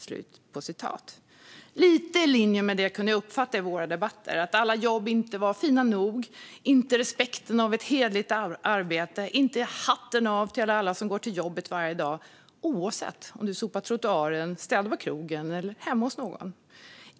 Något som är lite i linje med detta kunde jag uppfatta i våra debatter - att alla jobb inte var fina nog, ingen respekt för ett hederligt arbete och inget hatten av för alla som går till jobbet varje dag, oavsett om man sopar trottoaren eller städar på krogen eller hemma hos någon.